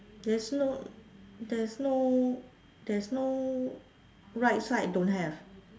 there's no there's no there's no right side don't have